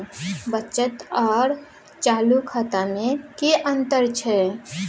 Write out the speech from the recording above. बचत आर चालू खाता में कि अतंर छै?